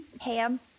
Ham